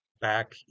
back